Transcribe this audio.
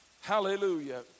Hallelujah